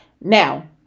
Now